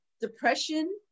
depression